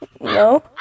No